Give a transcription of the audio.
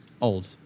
old